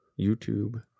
YouTube